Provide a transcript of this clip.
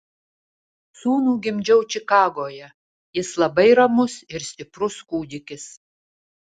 sūnų gimdžiau čikagoje jis labai ramus ir stiprus kūdikis